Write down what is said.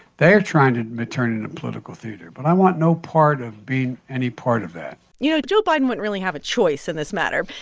they're trying to turn it into political theater, but i want no part of being any part of that you know, joe biden wouldn't really have a choice in this matter.